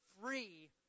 free